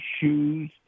shoes